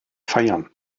feiern